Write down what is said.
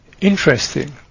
interesting